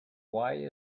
why